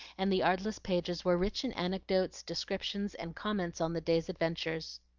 and the artless pages were rich in anecdotes, descriptions, and comments on the day's adventures.